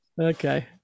Okay